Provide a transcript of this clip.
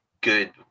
good